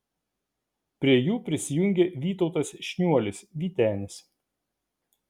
prie jų prisijungė vytautas šniuolis vytenis